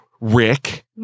Rick